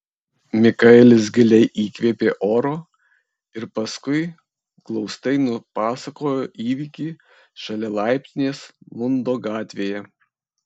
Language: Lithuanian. mikaelis giliai įkvėpė oro ir paskui glaustai nupasakojo įvykį šalia laiptinės lundo gatvėje